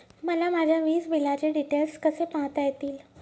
मला माझ्या वीजबिलाचे डिटेल्स कसे पाहता येतील?